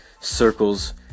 circles